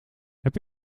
heb